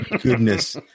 goodness